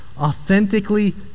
Authentically